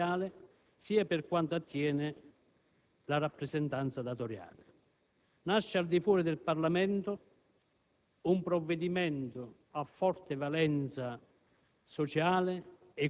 Vorrei ricordare, infatti, che questo provvedimento nasce fuori dal Parlamento, con l'attivazione dell'istituto della concertazione, fra l'altro, in questo caso